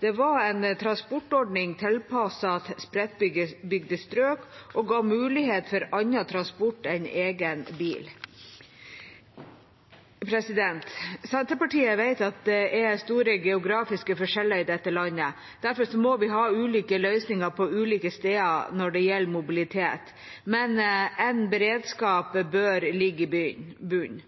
Det var en transportordning tilpasset spredtbygde strøk og ga mulighet for annen transport enn egen bil. Senterpartiet vet at det er store geografiske forskjeller i dette landet. Derfor må vi ha ulike løsninger på ulike steder når det gjelder mobilitet, men en beredskap bør ligge i bunnen.